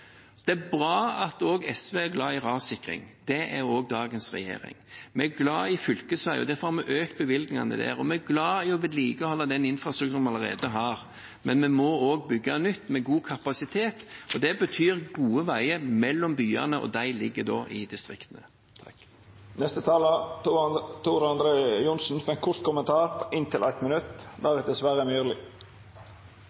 Det er bra at også SV er glad i rassikring. Det er også dagens regjering. Vi er glad i fylkesveier, og derfor har vi økt bevilgningene til dem. Vi er glad i å vedlikeholde den infrastrukturen som vi allerede har, men vi må også bygge nytt, med god kapasitet. Det betyr gode veier mellom byene, og de ligger i distriktene. Representanten Tor André Johnsen har hatt ordet to gonger tidlegare og får ordet til ein kort merknad, avgrensa til 1 minutt.